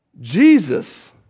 Jesus